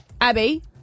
Abby